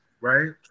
right